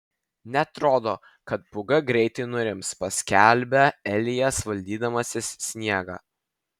neatrodo kad pūga greitai nurims paskelbia elijas valdydamasis sniegą